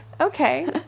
Okay